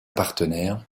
partenaire